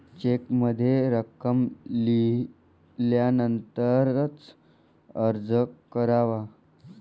चेकमध्ये रक्कम लिहिल्यानंतरच अर्ज करावा